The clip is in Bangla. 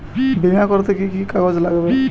বিমা করতে কি কি কাগজ লাগবে?